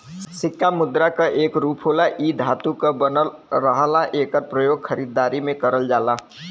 सिक्का मुद्रा क एक रूप होला इ धातु क बनल रहला एकर प्रयोग खरीदारी में करल जाला